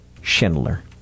Schindler